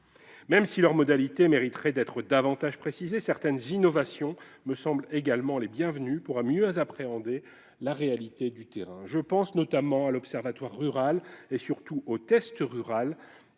Même si leurs modalités mériteraient d'être davantage précisées, certaines innovations me semblent également les bienvenues pour mieux appréhender la réalité du terrain. Je pense notamment à l'observatoire rural et, surtout, au « test rural